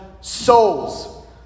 souls